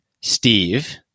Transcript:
Steve